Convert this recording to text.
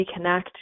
reconnect